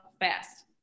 fast